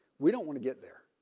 we don't want to get there.